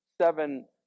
seven